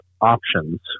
options